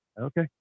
okay